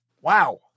Wow